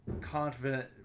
confident